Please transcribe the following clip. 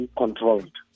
controlled